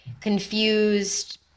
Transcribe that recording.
confused